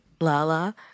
Lala